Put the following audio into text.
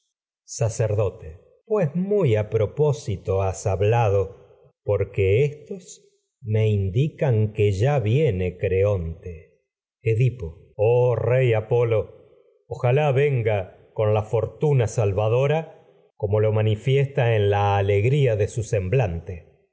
sacerdote pues muy a que éstos me indican que ya viene creóme rey edipo oh apolo ojalá venga con la fortuna sem salvadora como lo manifiesta en la blante alegría de su